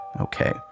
Okay